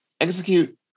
Execute